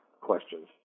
questions